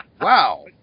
wow